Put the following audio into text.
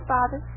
Father